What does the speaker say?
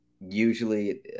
usually